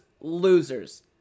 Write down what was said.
losers